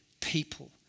people